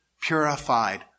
purified